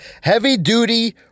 heavy-duty